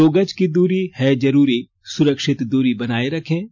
दो गज की दूरी है जरूरी सुरक्षित दूरी बनाए रखें